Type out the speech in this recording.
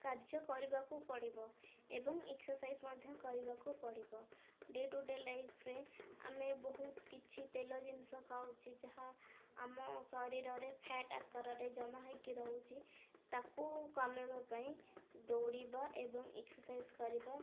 କାର୍ଯ୍ୟ କରିବାକୁ ପଡ଼ିବ ଏବଂ ଏକ୍ସର୍ସାଇଜ୍ ମଧ୍ୟ କରିବାକୁ ପଡ଼ିବ ଡେ ଟୁ ଡେ ଲାଇଫ୍ରେ ଆମେ ବହୁତ କିଛି ତେଲ ଜିନିଷ ଖାଉଛି ଯାହା ଆମ ଶରୀରରେ ଫ୍ୟାଟ୍ ଆକାରରେ ଜମା ହୋଇକି ରହୁଛି ତାକୁ କମାଇବା ପାଇଁ ଦୌଡ଼ିବା ଏବଂ ଏକ୍ସର୍ସାଇଜ୍ କରିବା